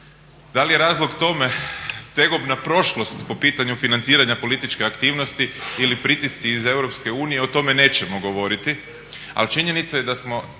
Da li je razlog tome tegobna prošlost po pitanju financiranja političke aktivnosti ili pritisci iz EU o tome nećemo govoriti,